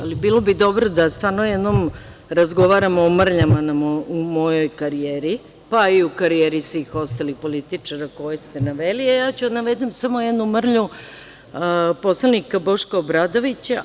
Ali, bilo bi dobro da stvarno jednom razgovaramo o mrljama u mojoj karijeri, pa i u karijeri svih ostalih političara koje ste naveli, a ja ću da navedem samo jednu mrlju poslanika Boška Obradovića.